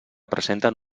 presenten